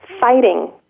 Fighting